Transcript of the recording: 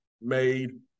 made